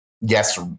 yes